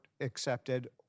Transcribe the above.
accepted